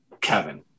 Kevin